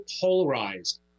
polarized